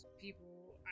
people